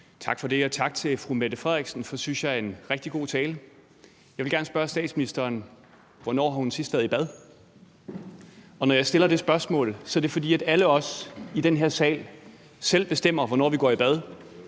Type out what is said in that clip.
Tak for det. Og tak til fru Mette Frederiksen for en, synes jeg, rigtig god tale. Jeg vil gerne spørge statsministeren, hvornår hun sidst har været i bad. Og når jeg stiller det spørgsmål, er det, fordi alle os i den her sal selv bestemmer, hvornår vi går i bad,